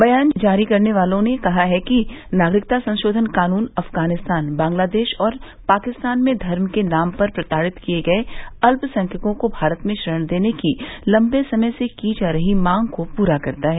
बयान जारी करने वालों ने कहा है कि नागरिकता संशोधन कानून अफगानिस्तान बंग्लादेश और पाकिस्तान में धर्म के नाम पर प्रताड़ित किए गये अल्पसंख्यकों को भारत में शरण देने की लंबे समय से की जा रही मांग को पूरा करता है